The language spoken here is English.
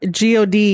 god